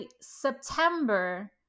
September